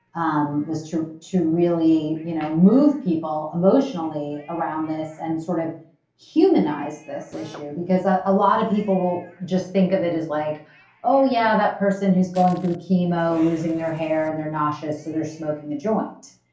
um was to to really you know move people emotionally around this and sort of humanize this issue, because ah a lot of people just think of it as, like oh, yeah, that person who's going through chemo, losing their hair and they're nauseous so they're smoking a joint.